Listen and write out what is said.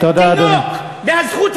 תינוק,